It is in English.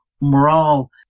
morale